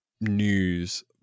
news